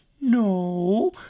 No